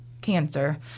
cancer